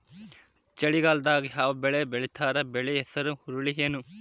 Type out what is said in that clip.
ಚಳಿಗಾಲದಾಗ್ ಯಾವ್ ಬೆಳಿ ಬೆಳಿತಾರ, ಬೆಳಿ ಹೆಸರು ಹುರುಳಿ ಏನ್?